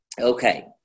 Okay